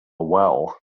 well